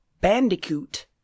bandicoot